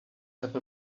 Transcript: have